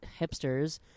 hipsters